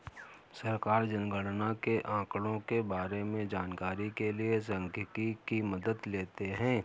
सरकार जनगणना के आंकड़ों के बारें में जानकारी के लिए सांख्यिकी की मदद लेते है